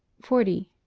forty.